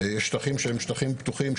יש שטחים שהם שטחים פתוחים,